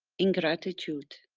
in gratitude.